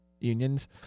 unions